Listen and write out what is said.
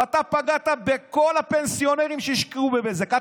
ואתה פגעת בכל הפנסיונרים שהשקיעו בבזק.